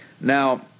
Now